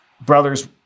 brothers